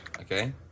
Okay